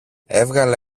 έβγαλε